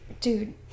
Dude